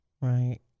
right